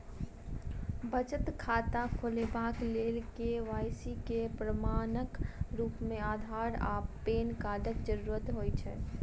बचत खाता खोलेबाक लेल के.वाई.सी केँ प्रमाणक रूप मेँ अधार आ पैन कार्डक जरूरत होइ छै